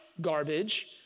garbage